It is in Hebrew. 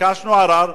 ביקשנו ערר,